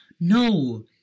no